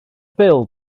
bil